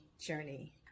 journey